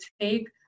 take